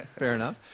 fair enough.